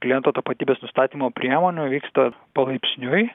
kliento tapatybės nustatymo priemonių vyksta palaipsniui